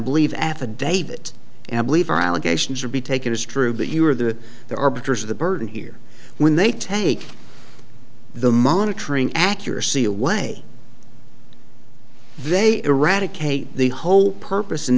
believe affidavit and believe our allegations will be taken as true but you are the the arbiters of the burden here when they take the monitoring accuracy away they eradicate the whole purpose